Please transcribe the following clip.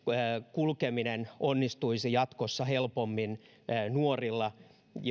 onnistuisi jatkossa helpommin nuorille